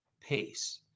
pace